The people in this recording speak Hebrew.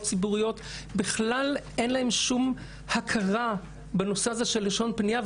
ציבוריות - בכלל אין להם שום הכרה בנושא הזה של לשון פנייה.